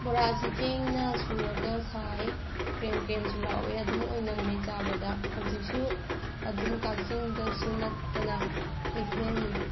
ꯕꯣꯔꯥꯁꯤ ꯆꯦꯡꯅ ꯁꯨꯔꯒ ꯁꯥꯏ ꯀ꯭ꯔꯦꯝ ꯀ꯭ꯔꯦꯝꯁꯨ ꯂꯥꯎꯋꯦ ꯑꯗꯨꯝ ꯑꯣꯏꯅꯝꯃꯦ ꯆꯥꯕꯗ ꯍꯧꯖꯤꯛꯁꯨ ꯑꯗꯨꯝ ꯀꯛꯆꯤꯡꯗꯁꯨ ꯅꯠꯇꯅ ꯀꯩꯊꯦꯜ